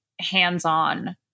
hands-on